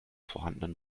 vorhandenen